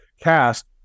cast